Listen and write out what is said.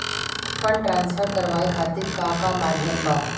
Fund transfer करवाये खातीर का का माध्यम बा?